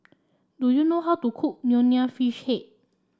do you know how to cook Nonya Fish Head